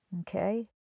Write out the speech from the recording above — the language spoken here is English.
okay